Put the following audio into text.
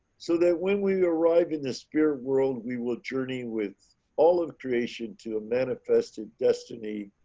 so that when we arrive in the spirit world, we will journey with all of creation to a manifested destiny.